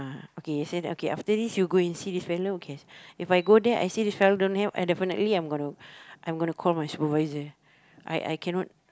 okay say that after this you go and see this fellow okay If I go there I see this fellow don't have I definitely I'm gonna I'm gonna call my supervisor I I cannot